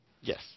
Yes